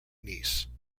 nice